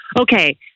okay